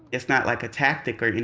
it's not like a tactic or you know